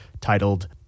titled